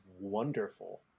wonderful